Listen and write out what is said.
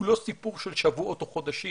הוא לא סיפור של שבועות או חודשים,